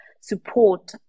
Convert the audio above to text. support